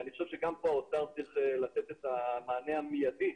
אני חושב שגם פה צריך לתת המענה המיידי,